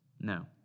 No